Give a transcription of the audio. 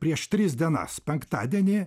prieš tris dienas penktadienį